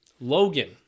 Logan